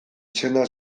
izena